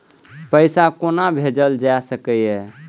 पैसा कोना भैजल जाय सके ये